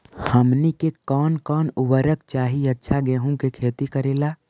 हमनी के कौन कौन उर्वरक चाही अच्छा गेंहू के खेती करेला?